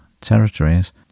territories